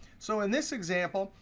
so in this example,